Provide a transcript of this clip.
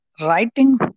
writing